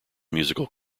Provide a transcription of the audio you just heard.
musical